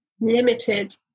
limited